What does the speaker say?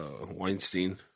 Weinstein